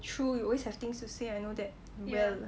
true you always have things to say I know that well